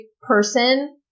person